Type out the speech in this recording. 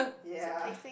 ya